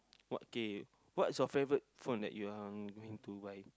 what K what's your favourite phone that you are going to buy